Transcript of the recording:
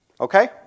Okay